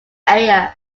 area